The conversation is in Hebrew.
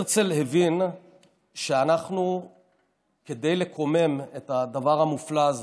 הרצל הבין שכדי לקומם את הדבר המופלא הזה,